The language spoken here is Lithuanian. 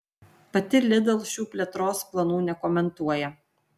pati lidl šių plėtros planų nekomentuoja